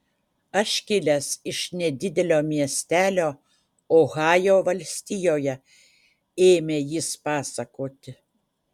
aš kilęs iš nedidelio miestelio ohajo valstijoje ėmė jis pasakoti